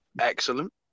Excellent